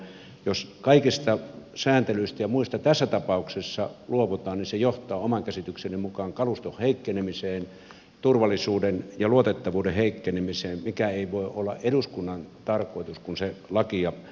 jos kaikista sääntelyistä ja muista tässä tapauksessa luovutaan niin se johtaa oman käsitykseni mukaan kaluston heikkenemiseen turvallisuuden ja luotettavuuden heikkenemiseen mikä ei voi olla eduskunnan tarkoitus kun se lakia säätää